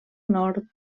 nord